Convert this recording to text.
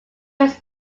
was